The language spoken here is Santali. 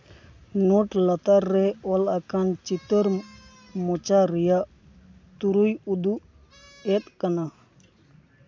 ᱱᱳᱴ ᱞᱟᱛᱟᱨ ᱨᱮ ᱚᱞ ᱟᱠᱟᱱ ᱪᱤᱛᱟᱹᱨ ᱢᱚᱪᱟ ᱨᱮᱭᱟᱜ ᱛᱩᱨᱩᱭ ᱩᱫᱩᱜ ᱮᱫ ᱠᱟᱱᱟ